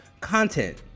content